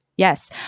Yes